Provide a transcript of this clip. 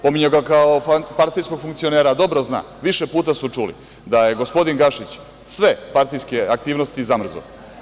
Pominjao ga je kao partijskog funkcionera, a dobro zna, više puta su čuli da je gospodin Gašić sve partijske aktivnosti zamrznuo.